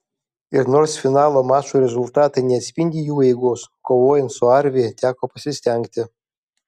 ir nors finalo mačų rezultatai neatspindi jų eigos kovojant su arvi teko pasistengti